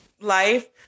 life